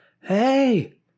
hey